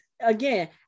again